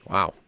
Wow